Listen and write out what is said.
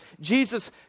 Jesus